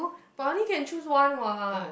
but I only can choose one [what]